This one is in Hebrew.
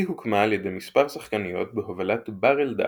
היא הוקמה על ידי מספר שחקניות בהובלת בר אלדר,